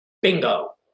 Bingo